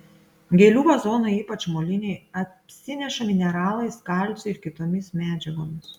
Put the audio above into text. gėlių vazonai ypač moliniai apsineša mineralais kalciu ir kitomis medžiagomis